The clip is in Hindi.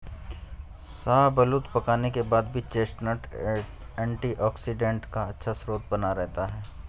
शाहबलूत पकाने के बाद भी चेस्टनट एंटीऑक्सीडेंट का अच्छा स्रोत बना रहता है